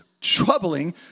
troubling